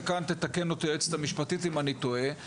וכאן תתקן אותי היועצת המשפטית אם אני טועה,